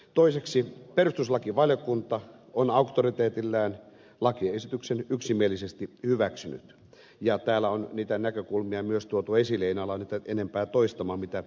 toiseksi perustuslakivaliokunta on auktoriteetillaan lakiesityksen yksimielisesti hyväksynyt täällä on niitä näkökulmia myös tuotu esille en ala niitä enempää toistamaan mitä ed